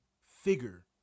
figure